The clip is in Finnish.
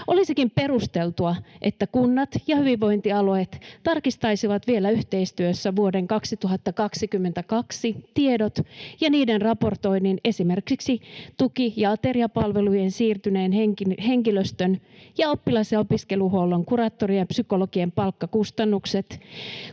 Olisikin perusteltua, että kunnat ja hyvinvointialueet tarkistaisivat vielä yhteistyössä vuoden 2022 tiedot ja niiden raportoinnin, esimerkiksi tuki- ja ateriapalvelujen siirtyneen henkilöstön ja oppilas- ja opiskeluhuollon kuraattorien ja psykologien palkkakustannukset,